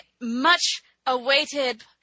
much-awaited